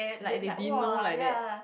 like they didn't know like that